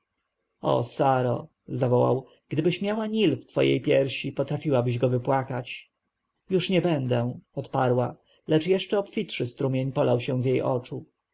saro zawołał gdybyś miała nil w twojej piersi potrafiłabyś go wypłakać już nie będę odparła lecz jeszcze obfitszy strumień polał się jej z oczu